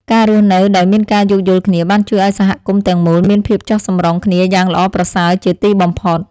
ការរស់នៅដោយមានការយោគយល់គ្នាបានជួយឱ្យសហគមន៍ទាំងមូលមានភាពចុះសម្រុងគ្នាយ៉ាងល្អប្រសើរជាទីបំផុត។